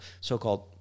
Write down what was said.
so-called